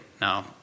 Now